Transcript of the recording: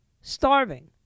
starving